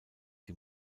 die